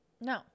No